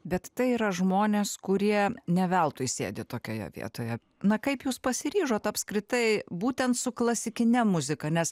bet tai yra žmonės kurie ne veltui sėdi tokioje vietoje na kaip jūs pasiryžot apskritai būtent su klasikine muzika nes